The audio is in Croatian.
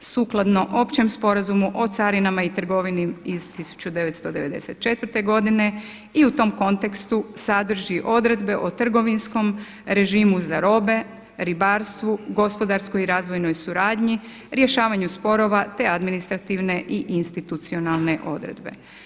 sukladno Općem sporazumu o carinama i trgovini iz 1994. godine i u tom kontekstu sadrži odredbe o trgovinskom režimu za robe, ribarstvu, gospodarskoj i razvojnoj suradnji, rješavanju sporova, te administrativne i institucionalne odredbe.